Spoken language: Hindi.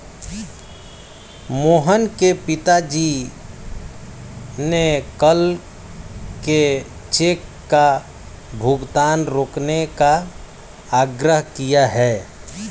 मोहन के पिताजी ने कल के चेक का भुगतान रोकने का आग्रह किए हैं